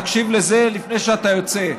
תקשיב לזה לפני שאתה יוצא.